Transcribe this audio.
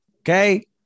okay